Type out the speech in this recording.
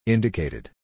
Indicated